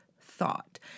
thought